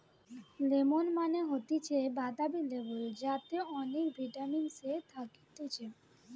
lemon মানে হতিছে বাতাবি লেবু যাতে অনেক ভিটামিন সি থাকতিছে